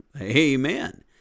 Amen